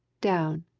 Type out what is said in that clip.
down,